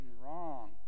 wrong